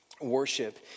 worship